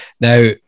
Now